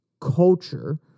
culture